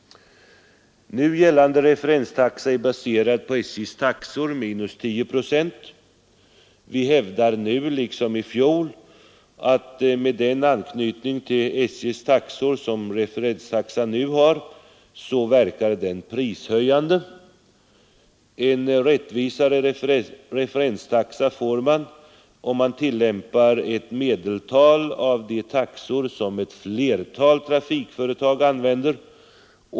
Nu gällande referenstaxa är baserad på SJ:s taxor minus 10 procent. Vi hävdar nu liksom i fjol att med den anknytning till SJ:s taxor som referenstaxan nu har verkar den prishöjande. En rättvisare referenstaxa får man, om man tillämpar ett medeltal av de taxor som ett flertal trafikföretag använder.